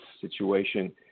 situation